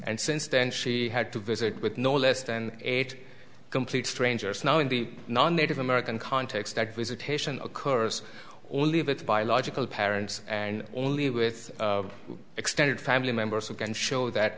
and since then she had to visit with no less than eight complete strangers now in the non native american context that visitation occurs or leave it to biological parents and only with extended family members who can show that